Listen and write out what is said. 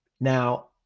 now